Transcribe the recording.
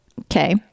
Okay